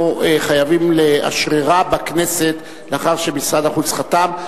חייבים לאשררה בכנסת לאחר שמשרד החוץ חתם.